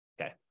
Okay